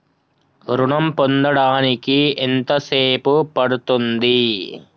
ఋణం పొందడానికి ఎంత సేపు పడ్తుంది?